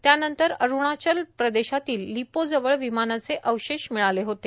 त्यानंतर अरूणाचल प्रदेशातील लिपोजवळ विमानाचे अवशेष मिळाले होते